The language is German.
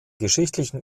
geschichtlichen